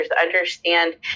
understand